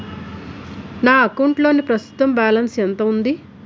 నా అకౌంట్ లోని ప్రస్తుతం బాలన్స్ ఎంత ఉంది?